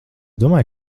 domāju